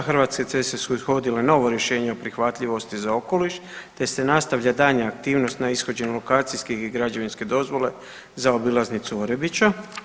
Hrvatske ceste su ishodile novo rješenje o prihvatljivosti za okoliš te se nastavlja daljnja aktivnost na ishođenju lokacijskih i građevinske dozvole za obilaznicu Orebića.